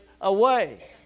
away